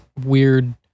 weird